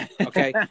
okay